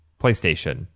PlayStation